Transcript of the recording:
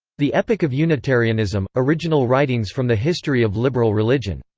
the epic of unitarianism original writings from the history of liberal religion.